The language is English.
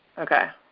okay.